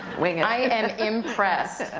wing it. i am impressed.